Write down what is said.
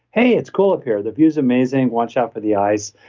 hey, it's cool up here. the view is amazing, watch out for the eyes.